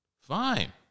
Fine